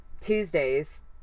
Tuesdays